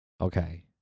Okay